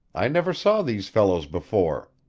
i never saw these fellows before.